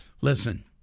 Listen